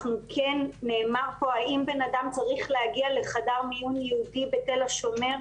כן נאמר פה אם בן אדם צריך להגיע לחדר מיון ייעודי בתל השומר,